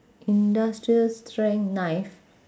industrial strength knife